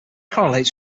correlates